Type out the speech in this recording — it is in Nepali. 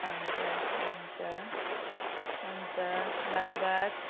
हजुर हुन्छ हुन्छ धन्यवाद